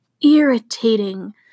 irritating